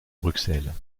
bruxelles